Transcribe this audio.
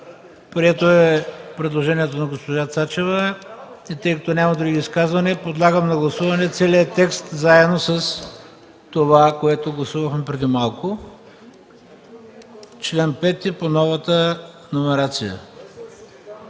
се 3. Предложението на госпожа Цачева е прието. Тъй като няма други изказвания, подлагам на гласуване целия текст, заедно с това, което гласувахме преди малко – чл. 5 по новата номерация.